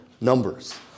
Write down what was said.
Numbers